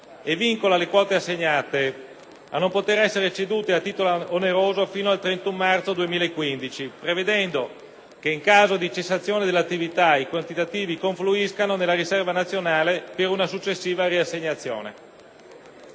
e vincola le quote assegnate a non poter essere cedute a titolo oneroso fino al 31 marzo 2015, prevedendo che in caso di cessazione dell'attività i quantitativi confluiscano nella riserva nazionale per una successiva riassegnazione.